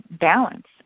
balance